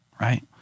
right